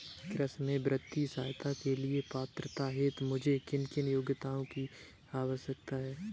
कृषि में वित्तीय सहायता के लिए पात्रता हेतु मुझे किन योग्यताओं की आवश्यकता है?